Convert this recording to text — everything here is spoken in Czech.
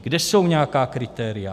Kde jsou nějaká kritéria?